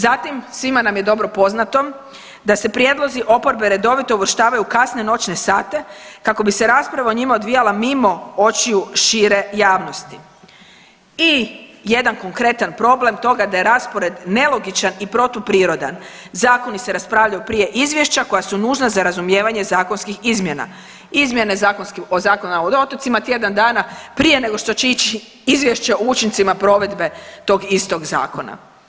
Zatim svima nam je dobro poznato da se prijedlozi oporbe redovito uvrštavaju u kasne noćne sate kako bi se rasprava o njima odvijala mimo očiju šire javnosti i jedan konkretan problem toga da je raspored nelogičan i protuprirodan, zakoni se raspravljaju prije izvješća koja su nužna za razumijevanje zakonskih izmjena, izmjene Zakona o otocima tjedan dana prije nego što će ići izvješće o učincima provedbe tog istog zakona.